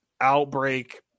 outbreak